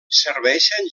serveixen